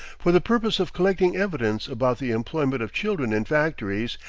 for the purpose of collecting evidence about the employment of children in factories,